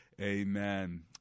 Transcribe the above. Amen